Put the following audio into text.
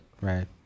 Right